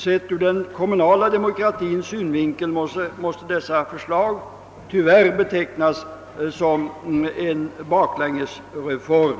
Sett ur den kommunala demokratins synvinkel måste dessa förslag tyvärr betecknas som en baklängesreform,